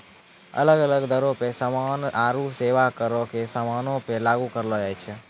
अलग अलग दरो पे समान आरु सेबा करो के समानो पे लागू करलो जाय छै